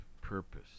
purpose